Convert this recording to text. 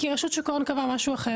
כי רשות שוק ההון קבעה משהו אחר.